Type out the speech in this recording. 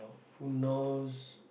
who knows